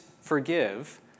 forgive